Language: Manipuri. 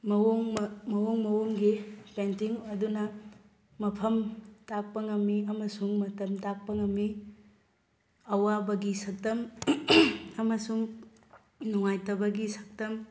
ꯃꯋꯣꯡ ꯃꯋꯣꯡ ꯃꯋꯣꯡꯒꯤ ꯄꯦꯟꯇꯤꯡ ꯑꯗꯨꯅ ꯃꯐꯝ ꯇꯥꯛꯄ ꯉꯝꯃꯤ ꯑꯃꯁꯨꯡ ꯃꯇꯝ ꯇꯥꯛꯄ ꯉꯝꯃꯤ ꯑꯋꯥꯕꯒꯤ ꯁꯛꯇꯝ ꯑꯃꯁꯨꯡ ꯅꯨꯡꯉꯥꯏꯇꯕꯒꯤ ꯁꯛꯇꯝ